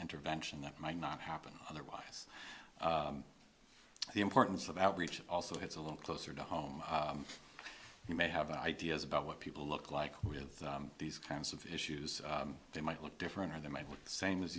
intervention that might not happen otherwise the importance of outreach also it's a little closer to home you may have ideas about what people look like with these kinds of issues they might look different or they might look the same as